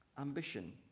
ambition